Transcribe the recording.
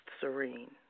serene